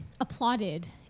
applauded